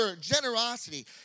generosity